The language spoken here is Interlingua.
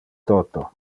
toto